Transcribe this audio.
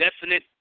definite